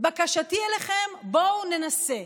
בקשתי אליכם: בואו ננסה,